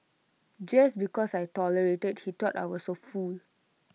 just because I tolerated he thought I was A fool